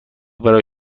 برای